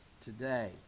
today